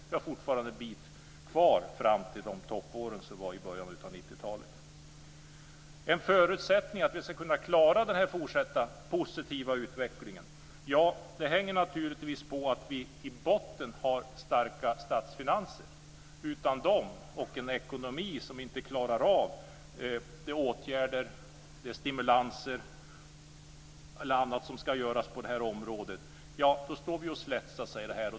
Det är fortfarande en bit kvar fram till toppåren som var i början av 90-talet. En förutsättning för att vi ska klara den fortsatta positiva utvecklingen hänger på att vi i botten har starka statsfinanser. Utan dem och en ekonomi som inte klarar av de åtgärder, stimulanser och annat som ska göras på området står vi oss slätt.